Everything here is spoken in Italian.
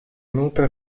nutre